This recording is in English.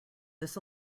this